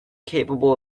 capable